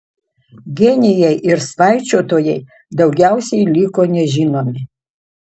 genijai ir svaičiotojai daugiausiai liko nežinomi